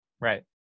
right